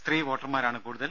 സ്ത്രീ വോട്ടർമാരാണ് കൂടുതൽ